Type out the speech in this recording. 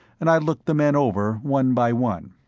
and i looked the men over, one by one.